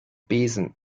besen